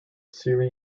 seri